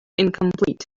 incomplete